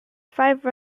five